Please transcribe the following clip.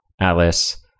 Alice